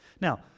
Now